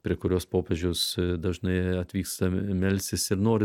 prie kurios popiežius dažnai atvyksta melstis ir nori